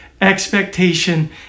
expectation